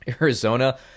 Arizona